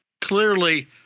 clearly